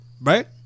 right